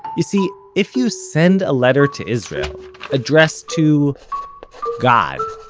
you see, if you send a letter to israel addressed to god,